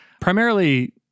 Primarily